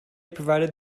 provided